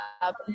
up